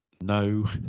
no